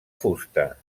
fusta